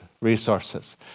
resources